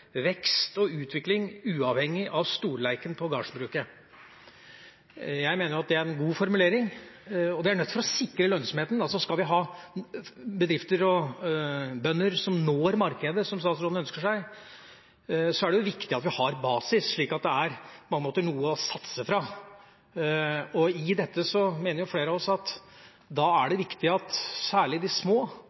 vekst og utvikling uavhengig av storleiken på gardsbruket.» Jeg mener at det er en god formulering, man er nødt til å sikre lønnsomheten. Skal vi ha bedrifter og bønder som når markedet – som statsråden ønsker seg – er det viktig at vi har basis, slik at det er noe å satse fra. I dette mener flere av oss at det da er viktig at særlig de små,